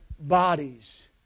bodies